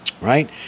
Right